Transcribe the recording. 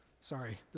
sorry